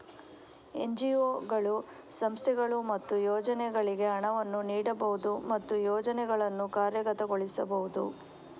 ಎನ್.ಜಿ.ಒಗಳು, ಸಂಸ್ಥೆಗಳು ಮತ್ತು ಯೋಜನೆಗಳಿಗೆ ಹಣವನ್ನು ನೀಡಬಹುದು ಮತ್ತು ಯೋಜನೆಗಳನ್ನು ಕಾರ್ಯಗತಗೊಳಿಸಬಹುದು